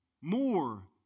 more